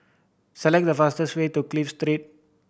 select the fastest way to Clive Three